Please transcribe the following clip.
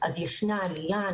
אז ישנה עלייה.